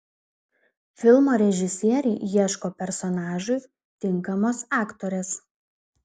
filmo režisieriai ieško personažui tinkamos aktorės